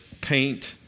paint